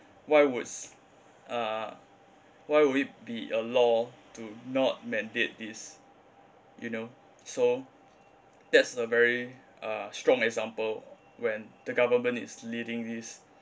why would s~ ah would it be a law to not mandate this you know so that's a very uh strong example when the government is leading this